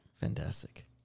Fantastic